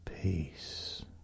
peace